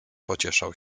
pocieszał